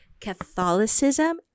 Catholicism